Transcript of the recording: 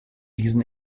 diesen